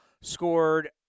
scored